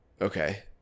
Okay